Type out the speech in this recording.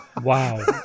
Wow